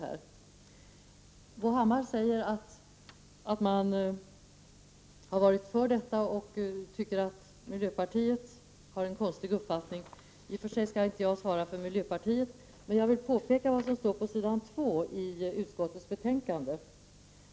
Bo Hammar säger att vpk har varit för förslaget, och han anser att miljöpartiet har en konstig uppfattning. I och för sig skall inte jag svara för miljöpartiet, men jag vill påpeka vad som står på s. 2 i utskottsbetänkandet.